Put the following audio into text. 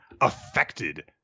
affected